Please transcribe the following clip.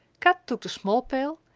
kat took the small pail,